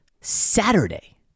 Saturday